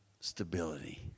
stability